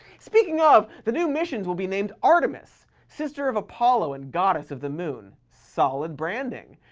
speaking of, the new missions will be named artemis, sister of apollo and goddess of the moon. solid branding,